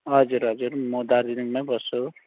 हजुर हजुर म दार्जिलिङमै बस्छु